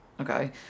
okay